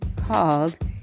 called